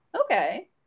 Okay